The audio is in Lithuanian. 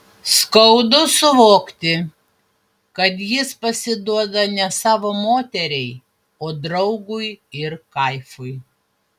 skaudu suvokti kad jis pasiduoda ne savo moteriai o draugui ir kaifui